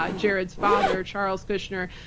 ah jared's father, charles kushner,